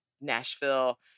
nashville